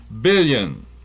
billion